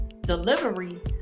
delivery